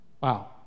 Wow